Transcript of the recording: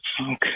okay